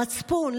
מצפון,